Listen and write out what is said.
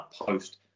post